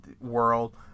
World